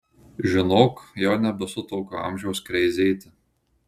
žinok jau nebesu tokio amžiaus kreizėti